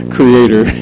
Creator